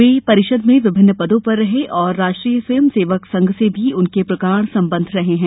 वे परिषद में विभिन्न पदों पर रहे और राष्ट्रीय स्वयंसेवक संघ से भी उनके प्रगाढ़ संबंध रहे हैं